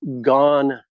gone